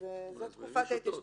זאת תקופת ההתיישנות,